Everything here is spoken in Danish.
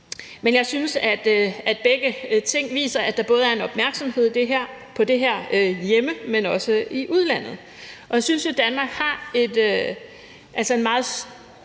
Men jeg synes, at begge ting viser, at der er en opmærksomhed på det her, både hjemme, men også i udlandet, og jeg synes jo, at Danmark har en meget stolt